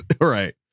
Right